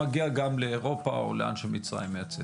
מגיע גם לאירופה או לאן שמצרים מייצאת.